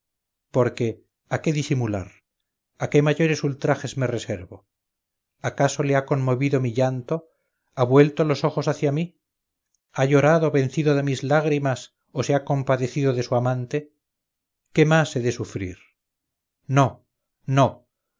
porque a que disimular a qué mayores ultrajes me reservo acaso le ha conmovido mi llanto ha vuelto los ojos hacia mí ha llorado vencido de mis lágrimas o se ha compadecido de su amante qué más he de sufrir no no